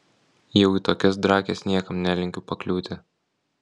jau į tokias drakes niekam nelinkiu pakliūti